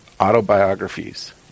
autobiographies